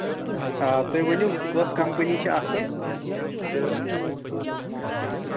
آ تُہۍ ؤنِو کۄس کَمپٔنی چھےٚ اَصٕل تہٕ